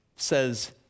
says